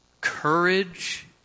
courage